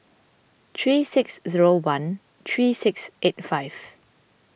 three six zero one three six eight five